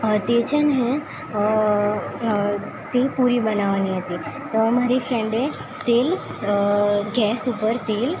તે છે ને તે પૂરી બનાવાની હતી તો મારી ફ્રેન્ડે તેલ ગેસ ઉપર તેલ